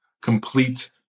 complete